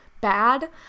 bad